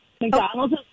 McDonald's